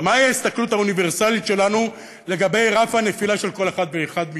מהי ההסתכלות האוניברסלית שלנו לגבי רף הנפילה של כל אחד ואחד מאתנו.